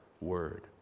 Word